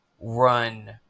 run